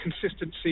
consistency